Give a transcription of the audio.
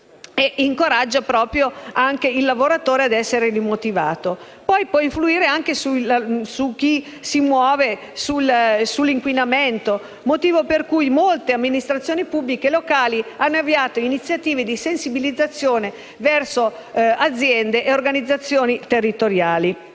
e incoraggia il lavoratore a essere motivato. Può, poi, influire su chi si muove, sull'inquinamento, motivo per cui molte amministrazioni pubbliche locali hanno avviato iniziative di sensibilizzazione verso aziende e organizzazioni territoriali.